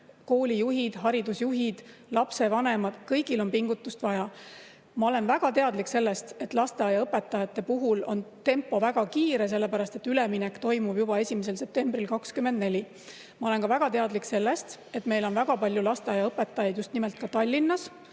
koolijuhid, haridusjuhid, lapsevanemad – kõigil on pingutust vaja. Ma olen väga teadlik sellest, et lasteaiaõpetajate puhul on tempo väga kiire, sellepärast et üleminek toimub juba 1. septembril 2024. Ma olen ka väga teadlik sellest, et arvuliselt on Tallinnas